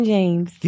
James